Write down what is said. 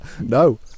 no